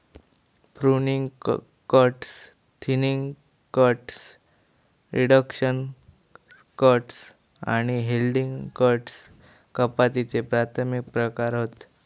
pruning cuts, thinning cuts, reduction cuts आणि heading cuts कपातीचे प्राथमिक प्रकार हत